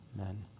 Amen